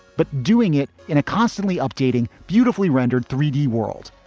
but doing it in a constantly updating, beautifully rendered three d world,